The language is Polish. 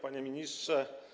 Panie Ministrze!